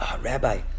Rabbi